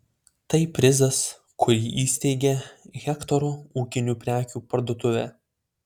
tai prizas kurį įsteigė hektoro ūkinių prekių parduotuvė